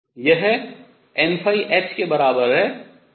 यह nh के बराबर है